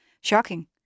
shocking